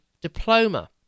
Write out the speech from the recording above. diploma